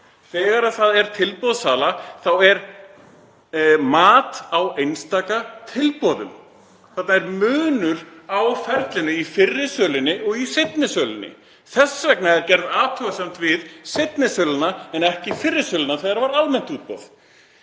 Þegar það er tilboðssala er mat á einstaka tilboðum. Þarna er munur á ferlinu í fyrri sölunni og í seinni sölunni. Þess vegna er gerð athugasemd við seinni söluna en ekki fyrri söluna þegar var almennt útboð.